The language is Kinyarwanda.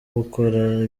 gukora